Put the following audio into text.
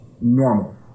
normal